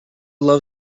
love